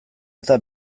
eta